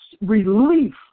relief